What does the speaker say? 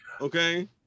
okay